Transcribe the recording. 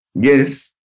Yes